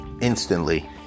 instantly